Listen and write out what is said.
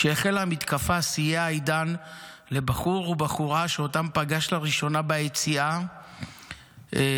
כשהחלה המתקפה סייע עידן לבחור ובחורה שאותם פגש לראשונה ביציאה מהאתר,